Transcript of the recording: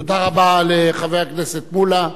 תודה רבה לחבר הכנסת מולה.